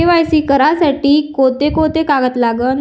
KYC करासाठी कोंते कोंते कागद लागन?